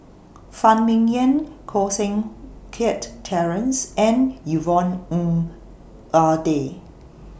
Phan Ming Yen Koh Seng Kiat Terence and Yvonne Ng Uhde